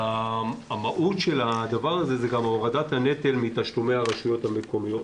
המהות של הדבר הזה היא גם הורדת הנטל מתשלומי הרשויות המקומיות.